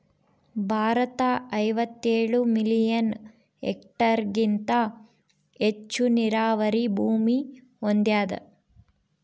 ಭಾರತ ಐವತ್ತೇಳು ಮಿಲಿಯನ್ ಹೆಕ್ಟೇರ್ಹೆಗಿಂತ ಹೆಚ್ಚು ನೀರಾವರಿ ಭೂಮಿ ಹೊಂದ್ಯಾದ